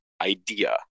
idea